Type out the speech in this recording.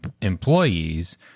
employees